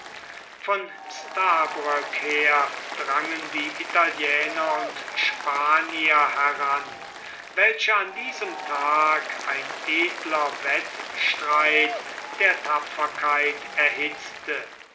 von stabroek her drangen die italiener und spanier heran welche an diesem tag ein edler wettstreit der tapferkeit erhitzte